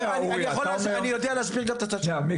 אני יודע להסביר גם את הצד שלך.